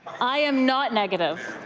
i am not negative.